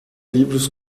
livros